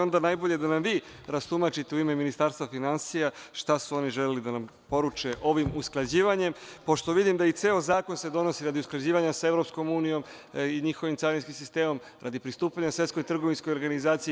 Onda najbolje da nam vi rastumačite u ime Ministarstva finansija šta su oni želeli da nam poruče ovim usklađivanjem, pošto vidim da se i ceo zakon donosi radi usklađivanja sa EU i njihovim carinskim sistemom, radi pristupanja Svetskoj trgovinskoj organizaciji.